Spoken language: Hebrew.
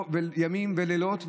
האופוזיציה עושה ימים ולילות,